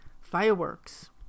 Fireworks